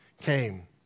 came